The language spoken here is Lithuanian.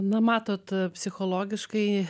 na matot psichologiškai